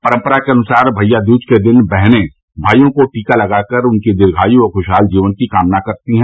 परम्परा के अनुसार भईया दूज के दिन बहने भाइयों को टीका लगाकर उनकी दीर्घायु और खुशहाल जीवन की कामना करती हैं